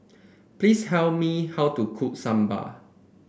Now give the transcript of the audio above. please tell me how to cook sambal